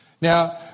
Now